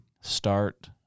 Start